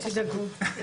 דבר ראשון